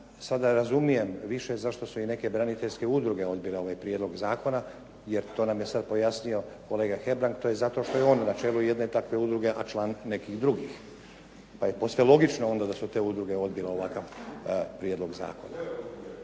sad ne razumijem više zašto su i neke braniteljske udruge odbile ovaj prijedlog zakona jer to nam je sad pojasnio kolega Hebrang, to je zato što je on na čelu jedne takve udruge a član nekih drugih. Pa je posve logično da su te udruge odbile ovakav prijedlog zakona.